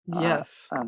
Yes